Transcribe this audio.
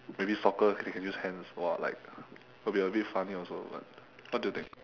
maybe soccer I can use hands !wah! like it could be a bit funny also what what do you think